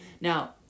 Now